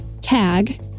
tag